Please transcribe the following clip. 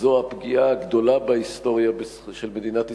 זו הפגיעה הגדולה בזכויות אדם בהיסטוריה של מדינת ישראל.